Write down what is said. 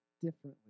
differently